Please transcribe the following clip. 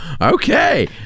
Okay